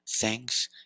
Thanks